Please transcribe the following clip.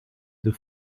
the